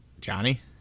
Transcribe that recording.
Johnny